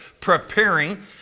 preparing